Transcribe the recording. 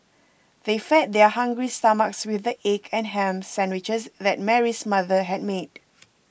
they fed their hungry stomachs with the egg and ham sandwiches that Mary's mother had made